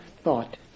thought